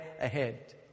ahead